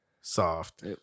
Soft